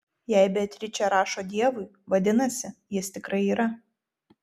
jei beatričė rašo dievui vadinasi jis tikrai yra